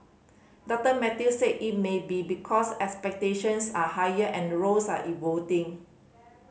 Doctor Mathews said it may be because expectations are higher and roles are evolving